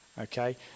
okay